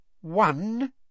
One